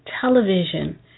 television –